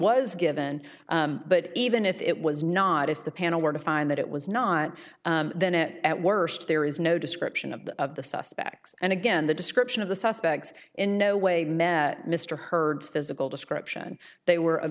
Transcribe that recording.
was given but even if it was not if the panel were to find that it was not then it at worst there is no description of the of the suspects and again the description of the suspects in no way met mr hurd's physical description they were a